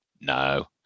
No